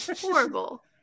Horrible